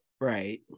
right